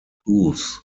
hooves